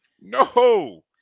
No